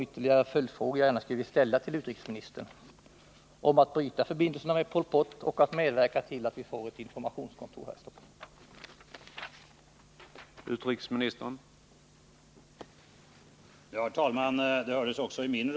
De följdfrågor jag vill ställa till utrikesministern gäller alltså frågan om att bryta förbindelserna med Pol Pot och om att inrätta ett informationskontor här i Stockholm.